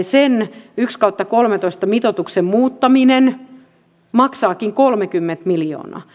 sen yksi kautta kolmetoista mitoituksen muuttaminen maksaakin kolmekymmentä miljoonaa